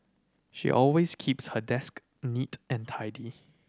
she always keeps her desk neat and tidy